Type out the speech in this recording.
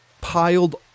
piled